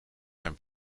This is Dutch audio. zijn